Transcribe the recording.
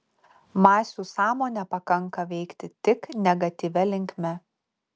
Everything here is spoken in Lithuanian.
masių sąmonę pakanka veikti tik negatyvia linkme